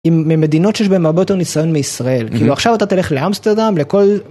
ממדינות שיש בהם הרבה יותר ניסיון מישראל. כאילו, עכשיו אתה תלך לאמסטרדם לכל...